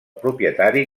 propietari